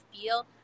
feel